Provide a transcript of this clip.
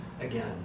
again